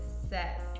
success